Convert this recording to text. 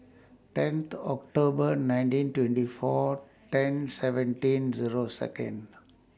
tenth October nineteen twenty four ten seventeen Zero Second